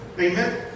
Amen